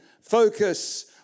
focus